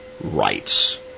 rights